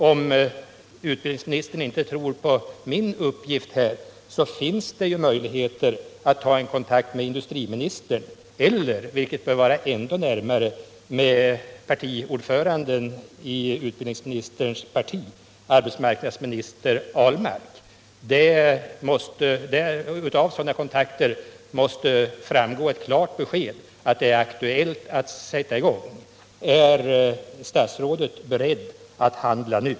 Om utbildningsministern inte tror på min uppgift här, så finns möjligheter att ta kontakt med industriministern eller, vilket bör vara ändå närmare, med partiordföranden i utbildningsministerns parti, arbetsmarknadsminister Ahlmark, Av sådana kontakter måste ett klart besked kunna framgå om att det är aktuellt att sätta i gång. Är statsrådet beredd att handla nu?